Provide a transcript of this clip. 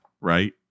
right